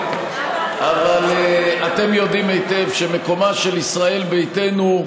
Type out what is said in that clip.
אבל אתם יודעים היטב שמקומה של ישראל ביתנו,